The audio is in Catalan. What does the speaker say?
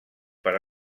per